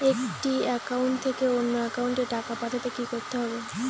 একটি একাউন্ট থেকে অন্য একাউন্টে টাকা পাঠাতে কি করতে হবে?